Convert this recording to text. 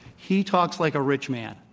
he talks like a rich man,